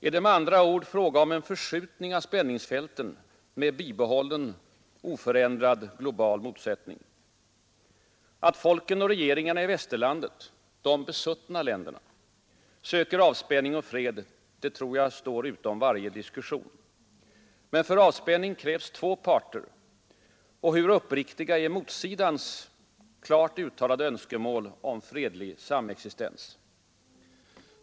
Är det med andra ord fråga om en förskjutning av spänningsfälten med bibehållen oförändrad global motsättning? Att folken och regeringarna i västerlandet — de besuttna länderna — söker avspänning och fred tror jag står utom varje diskussion. Men för avspänning krävs två parter. Hur uppriktiga är motsidans klart uttalade önskemål om fredlig samexistens?